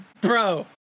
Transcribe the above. bro